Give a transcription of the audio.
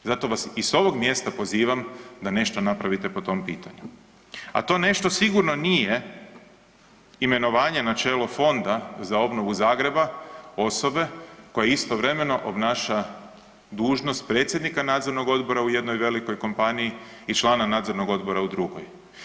Zato vas i s ovog mjesta pozivam da nešto napravite po tom pitanju, a to nešto sigurno nije imenovanje na čelo Fonda za obnovu Zagreba osobe koja istovremeno obnaša dužnost predsjednika nadzornog odbora u jednoj velikoj kompaniji i člana nadzornog odbora u drugoj.